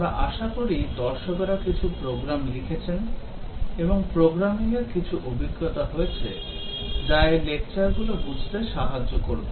আমরা আশা করি দর্শকেরা কিছু প্রোগ্রাম লিখেছেন এবং প্রোগ্রামিংয়ের কিছু অভিজ্ঞতা হয়েছে যা এই লেকচার গুলো বুঝতে সাহায্য করবে